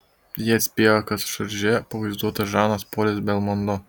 jie atspėjo kad šarže pavaizduotas žanas polis belmondo